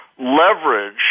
leverage